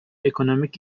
ekonomik